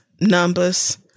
numbers